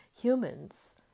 Humans